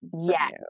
Yes